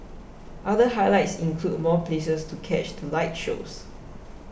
other highlights include more places to catch the light shows